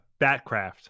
Batcraft